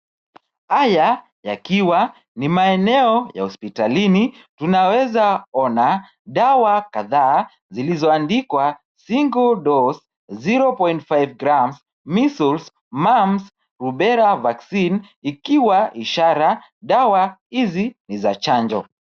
Haya yakiwa ni maeneo ya hospitalini tunaweza ona, dawa kadhaa zilizoandikwa single dose 0.5 g measles, mumps, rubella vaccine ikiwa ishara dawa hizi ni za chanjo.